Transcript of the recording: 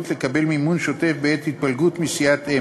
לקבל מימון שוטף בעת התפלגות מסיעת-אם,